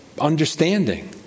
understanding